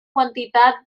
quantitat